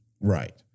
Right